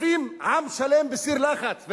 לשים עם שלם בסיר לחץ,